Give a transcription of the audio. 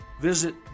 Visit